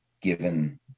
given